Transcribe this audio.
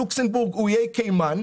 לוקסמבורג ואיי קיימן.